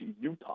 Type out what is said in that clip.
Utah